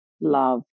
love